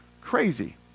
crazy